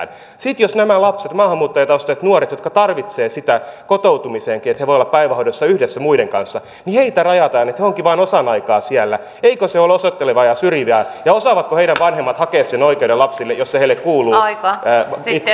sitten jos näiltä lapsilta maahanmuuttajataustaisilta nuorilta jotka tarvitsevat kotoutumiseenkin sitä että he voivat olla päivähoidossa yhdessä muiden kanssa rajataan että he ovatkin vain osan aikaa siellä eikö se ole osoittelevaa ja syrjivää ja osaavatko heidän vanhempansa hakea sen oikeuden lapsille jos se heille kuuluu itse